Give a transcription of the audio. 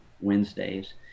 Wednesdays